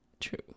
True